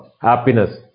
happiness